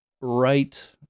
right